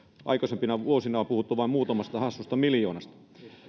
aikaisempina vuosina on puhuttu vain muutamasta hassusta miljoonasta